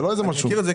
אני מכיר את זה.